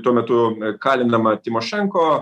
tuo metu kalinama tymošenko